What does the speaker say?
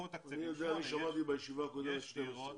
אני שמעתי בישיבה הקודמת 12,